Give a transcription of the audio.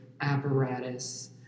apparatus